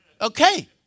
Okay